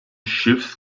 schiffs